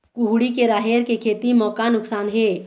कुहड़ी के राहेर के खेती म का नुकसान हे?